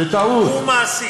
ברגע שהוא צריך